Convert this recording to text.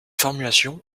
formulation